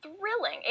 thrilling